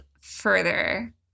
further